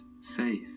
safe